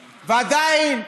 ועדיין,